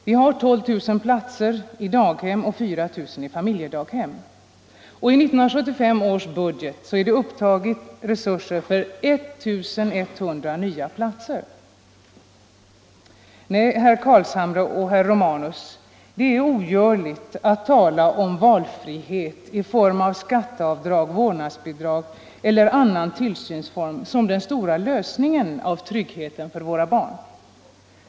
Vi har 12 000 platser i daghem och 4 000 i familjedaghem, och i 1975 års budget har upptagits resurser för 1100 nya platser. Nej, herr Carlshamre och herr Romanus, det är ogörligt att tala om valfrihet i form av skatteavdrag, vårdnadsbidrag eller annan tillsynsform som den stora lösningen av problemet med tryggheten för våra barn.